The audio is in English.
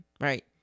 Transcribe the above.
right